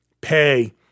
pay